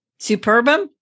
Superbum